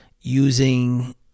using